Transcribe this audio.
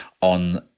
on